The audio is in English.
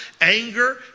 Anger